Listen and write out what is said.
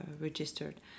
registered